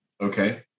Okay